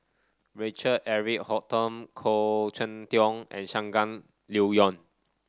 Richard Eric Holttum Khoo Cheng Tiong and Shangguan Liuyun